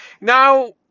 Now